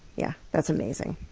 yeah. that's amazing.